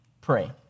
pray